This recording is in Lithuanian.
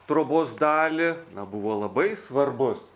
trobos dalį na buvo labai svarbus